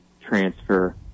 transfer